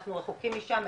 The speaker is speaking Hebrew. אנחנו רחוקים משם,